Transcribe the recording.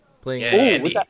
playing